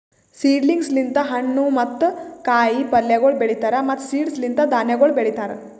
seedlings ಲಿಂತ್ ಹಣ್ಣು ಮತ್ತ ಕಾಯಿ ಪಲ್ಯಗೊಳ್ ಬೆಳೀತಾರ್ ಮತ್ತ್ ಸೀಡ್ಸ್ ಲಿಂತ್ ಧಾನ್ಯಗೊಳ್ ಬೆಳಿತಾರ್